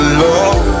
love